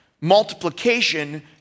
Multiplication